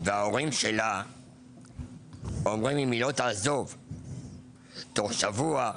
וההורים שלה אומרים אם היא לא תעזוב בתוך שבוע,